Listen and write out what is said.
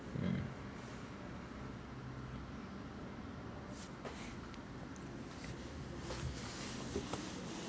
mm